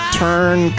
turn